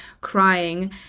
crying